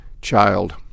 child